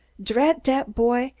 drat dat boy,